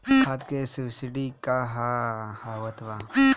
खाद के सबसिडी क हा आवत बा?